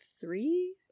three